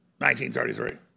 1933